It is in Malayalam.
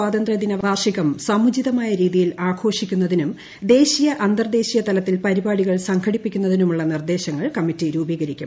സ്വാതന്ത്ര്യദിന വാർഷികം സമുചിതമായ രീതിയിൽ ആഘോഷിക്കുന്നതിനും ദേശീയ അന്തർദേശീയ തലത്തിൽ പരിപാടികൾ സംഘടിപ്പിക്കുന്നതിനുമുള്ള നിർദ്ദേശങ്ങൾ കമ്മിറ്റി രൂപീകരിക്കും